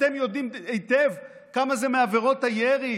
ואתם יודעים היטב כמה זה מעבירות הירי,